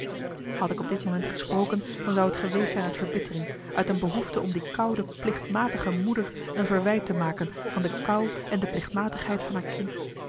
had ik op dit moment gesproken dan zou t geweest zijn uit verbittering uit een behoefte om die koude plichtmatige moeder een verwijt te maken van de kou en de plichtmatigheid van haar kind